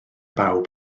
bawb